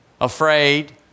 afraid